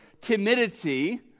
timidity